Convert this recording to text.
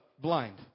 blind